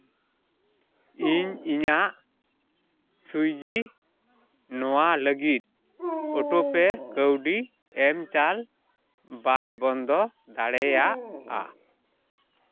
ᱤᱧ ᱤᱧᱟᱹᱜ ᱥᱩᱭᱡᱤ ᱱᱚᱣᱟ ᱞᱟᱹᱜᱤᱫ ᱚᱴᱳ ᱯᱮ ᱠᱟᱹᱣᱰᱤ ᱮᱢ ᱪᱟᱞ ᱵᱟᱭ ᱵᱚᱱᱫᱚ ᱫᱟᱲᱮᱭᱟᱜᱼᱟ